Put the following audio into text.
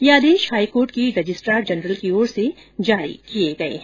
यह आदेश हाईकोर्ट के रजिस्ट्रार जनरल की ओर से जारी किए गए हैं